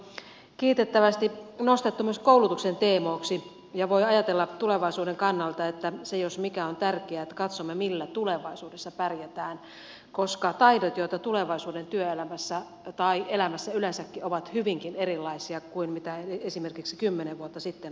pärjääminen on kiitettävästi nostettu myös koulutuksen teemaksi ja voi ajatella tulevaisuuden kannalta että se jos mikä on tärkeää että katsomme millä tulevaisuudessa pärjätään koska taidot joita tulevaisuuden työelämässä tai elämässä yleensäkin tarvitaan ovat hyvinkin erilaisia kuin mitä esimerkiksi kymmenen vuotta sitten on tarvittu